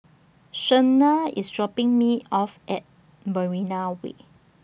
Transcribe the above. Shenna IS dropping Me off At Marina Way